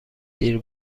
دیر